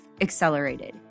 accelerated